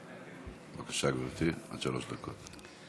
בבקשה, גברתי, עד שלוש דקות.